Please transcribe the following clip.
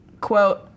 quote